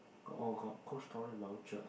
oh got Cold Storage voucher ah